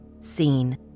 seen